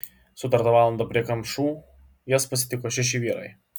sutartą valandą prie kamšų jas pasitiko šeši vyrai